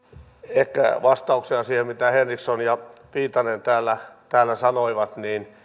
ehkä vastauksena siihen mitä henriksson ja viitanen täällä täällä sanoivat